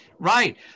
Right